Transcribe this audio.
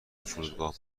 فرودگاه